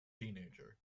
teenager